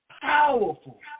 powerful